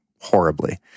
horribly